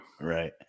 Right